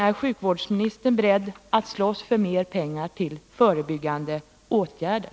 Är sjukvårdsministern beredd att slåss för mer pengar till förebyggande åtgärder?